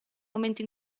momento